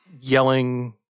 Yelling